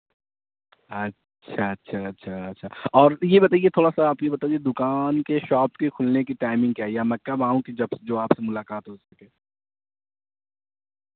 اچھا اچھا اچھا اچھا اور یہ بتائیے تھوڑا سا آپ یہ بتائیے دکان کے شاپ کی کھلنے کی ٹائمنگ کیا یا میں کب آؤں کہ جب جو آپ سے ملاقات ہو سکے